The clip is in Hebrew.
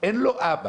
אין לו אבא.